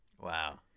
Wow